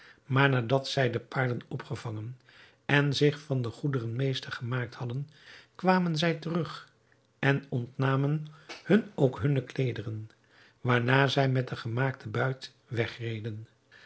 maar nadat zij de paarden opgevangen en zich van de goederen meester gemaakt hadden kwamen zij terug en ontnamen hun ook hunne kleederen waarna zij met den gemaakten buit wegreden